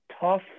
tough